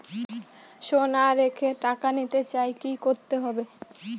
সোনা রেখে টাকা নিতে চাই কি করতে হবে?